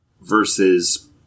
versus